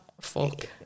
fuck